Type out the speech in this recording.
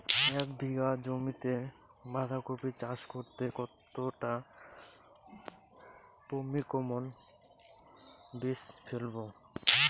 এক বিঘা জমিতে বাধাকপি চাষ করতে কতটা পপ্রীমকন বীজ ফেলবো?